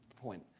point